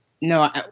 No